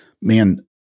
Man